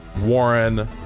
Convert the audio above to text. Warren